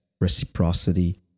reciprocity